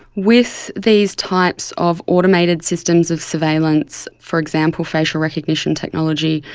with these types of automated systems of surveillance, for example facial recognition technology,